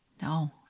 No